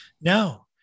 No